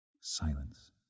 Silence